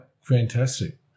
fantastic